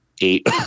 eight